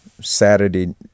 Saturday